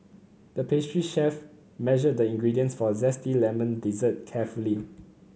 the pastry chef measured the ingredients for zesty lemon dessert carefully